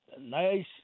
nice